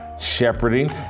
shepherding